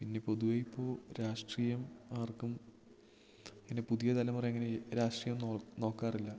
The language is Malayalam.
പിന്നെ പൊതുവേ ഇപ്പോൾ രാഷ്ട്രീയം ആർക്കും പിന്നെ പുതിയ തലമുറ ഇങ്ങനെ രാഷ്ട്രീയം നോക്കാറില്ല